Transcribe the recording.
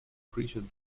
creatures